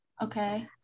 Okay